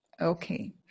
Okay